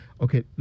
Okay